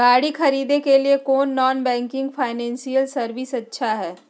गाड़ी खरीदे के लिए कौन नॉन बैंकिंग फाइनेंशियल सर्विसेज अच्छा है?